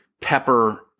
pepper